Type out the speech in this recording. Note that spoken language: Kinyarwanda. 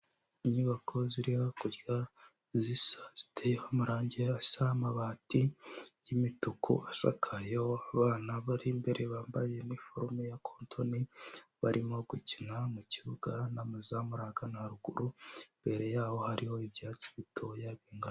Inyubako ziri hakurya zisa, ziteyeho amarangi asa, amabati y'imituku asakayeho, abana bari imbere bambaye inifomo ya cotton barimo gukina mu kibuga n'amazamu ari ahagana haruguru, imbere yaho hariho ibyatsi bitoya bingana.